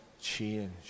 change